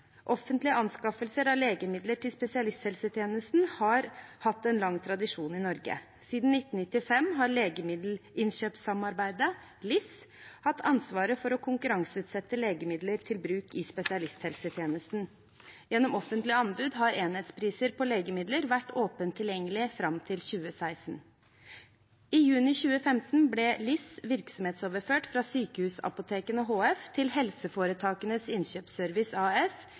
Offentlige anskaffelser av legemidler til spesialisthelsetjenesten har hatt en lang tradisjon i Norge. Siden 1995 har Legemiddelinnkjøpssamarbeidet, LIS, hatt ansvaret for å konkurranseutsette legemidler til bruk i spesialisthelsetjenesten. Gjennom offentlige anbud har enhetspriser på legemidler vært åpent tilgjengelig fram til 2016. I juni 2015 ble LIS virksomhetsoverført fra Sykehusapotekene HF til Helseforetakenes Innkjøpsservice AS,